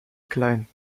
klein